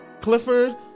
clifford